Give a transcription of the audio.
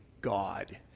God